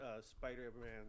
Spider-Man